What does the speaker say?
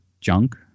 junk